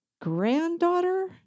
granddaughter